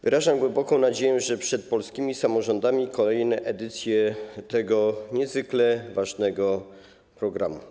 Wyrażam głęboką nadzieję, że przed polskimi samorządami kolejne edycje tego niezwykle ważnego programu.